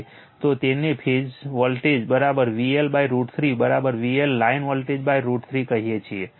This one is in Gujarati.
તો તેને phase voltage VL √ 3 VL line voltage √ 3 કહીએ છીએ